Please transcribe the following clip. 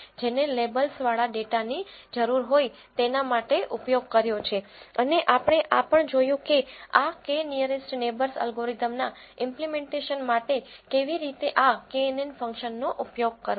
જેને લેબલવાળા ડેટાની જરૂર હોય તેના માટે ઉપયોગ કર્યો છે અને આપણે આ પણ જોયું છે કે આ k નીઅરેસ્ટ નેબર્સ અલ્ગોરિધમના ઈમ્પલીમેન્ટેશન માટે કેવી રીતે આ કેએનએન ફંક્શનનો ઉપયોગ કરવો